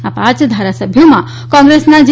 આ પાંચ ધારાસભ્યોમાં કોંગ્રેસના જે